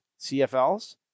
CFLs